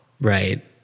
Right